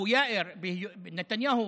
נתניהו,